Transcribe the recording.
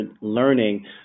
learning